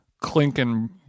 clinking